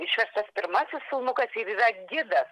išverstas pirmasis filmukas ir yra gidas